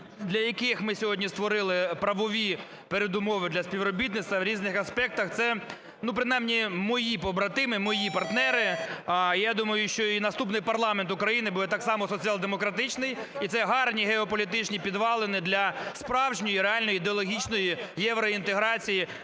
для яких ми сьогодні створили правові передумови для співробітництва, в різних аспектах, це, ну, принаймні мої побратими, мої партнери. Я думаю, що і наступний парламент України буде так само соціал-демократичний. І це гарні геополітичні підвалини для справжньої реальної ідеологічної євроінтеграції